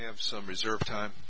have some reserved time